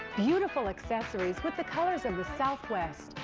beautiful accessories with the colors of the southwest.